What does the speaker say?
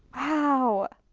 wow.